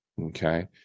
okay